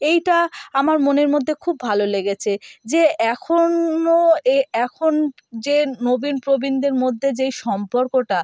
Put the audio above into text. এইটা আমার মনের মধ্যে খুব ভালো লেগেছে যে এখনও এ এখন যে নবীন প্রবীণদের মধ্যে যেই সম্পর্কটা